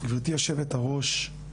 --- גברתי יושבת הראש,